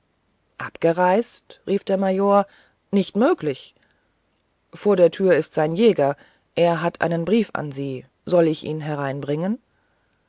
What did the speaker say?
abgereist rief der major nicht möglich vor der türe ist sein jäger er hat einen brief an sie soll ich ihn hereinbringen